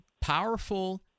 powerful